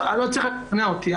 לא צריך לשכנע אותי.